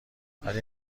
ولی